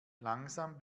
langsam